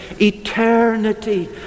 eternity